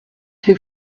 who